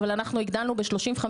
אבל אנחנו הגדלנו ב-35%.